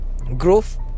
growth